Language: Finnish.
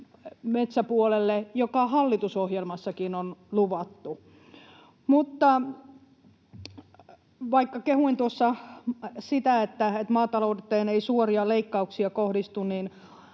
metsäpuolelle, joka hallitusohjelmassakin on luvattu. Vaikka kehuin tuossa sitä, että maatalouteen ei suoria leikkauksia kohdistu,